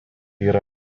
yra